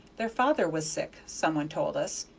their father was sick, some one told us.